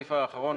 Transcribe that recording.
והסעיף האחרון,